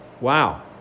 Wow